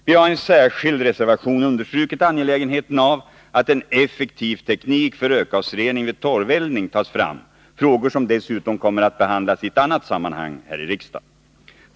Vi har i en särskild reservation understrukit angelägenheten av att en effektiv teknik för rökgasrening vid torveldning tas fram, en fråga som dessutom kommer att behandlas i ett annat sammanhang här i riksdagen.